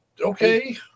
Okay